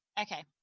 Okay